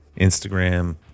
Instagram